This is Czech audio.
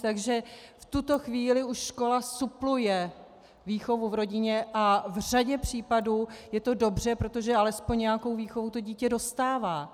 Takže v tuto chvíli už škola supluje výchovu v rodině a v řadě případů je to dobře, protože alespoň nějakou výchovu to dítě dostává.